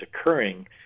occurring